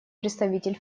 представитель